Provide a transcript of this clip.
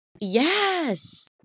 Yes